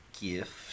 gift